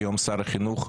שיום שר החינוך,